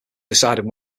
deciding